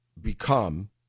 become